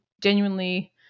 genuinely